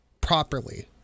properly